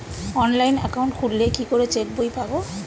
Online account খুললে কি করে চেক বই পাব?